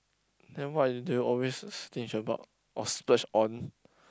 then what do you always a stinge about or splurge on